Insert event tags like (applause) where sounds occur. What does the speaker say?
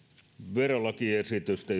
verolakiesitystä (unintelligible)